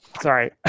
sorry